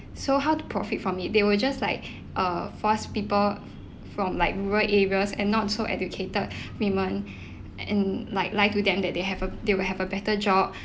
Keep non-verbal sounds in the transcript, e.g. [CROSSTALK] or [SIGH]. so how to profit from it they will just like uh force people from like rural areas and not so educated [BREATH] women and like lie to them that they have a they will have a better job